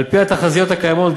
על-פי התחזיות הקיימות,